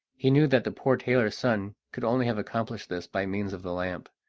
he knew that the poor tailor's son could only have accomplished this by means of the lamp,